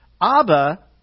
Abba